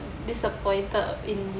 disappointed in